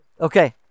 Okay